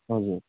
हजुर